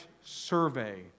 survey